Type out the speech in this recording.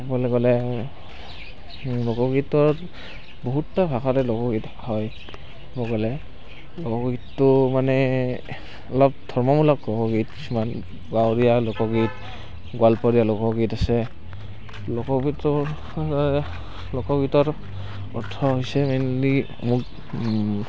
ক'বলৈ গ'লে লোকগীতৰ বহুতটা ভাষাতে লোকগীত হয় ক'ব গ'লে লোকগীতটো মানে অলপ ধৰ্মমূলক লোকগীত কিছুমান গাঁৱলীয়া লোকগীত গোৱালপৰীয়া লোকগীত আছে লোকগীতৰ লোকগীতৰ অৰ্থ হৈছে মেইনলি